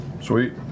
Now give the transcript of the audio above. Sweet